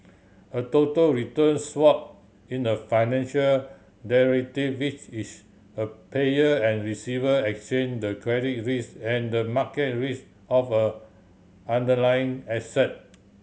a total return swap in a financial which is a payer and receiver exchange the credit risk and market risk of a underlying asset